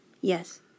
Yes